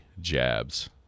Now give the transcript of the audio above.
jabs